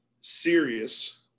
serious